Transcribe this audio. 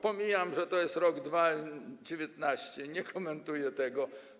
Pomijam, że to jest rok 2019, nie komentuję tego.